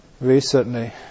recently